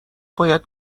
باید